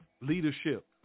Leadership